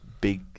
big